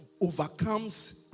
overcomes